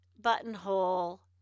buttonhole